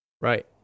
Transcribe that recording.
Right